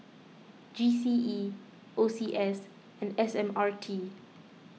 G C E O C S and S M R T